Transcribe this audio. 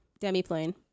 Demiplane